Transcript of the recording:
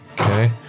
Okay